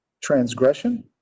transgression